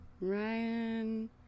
Ryan